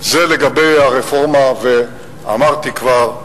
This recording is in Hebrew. לגבי הרפורמה, ואמרתי כבר,